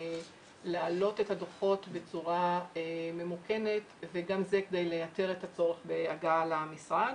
להעלות את הדו"חות בצורה ממוכנת וגם זה כדי לייתר את הצורך בהגעה למשרד.